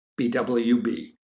BWB